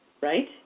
right